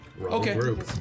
okay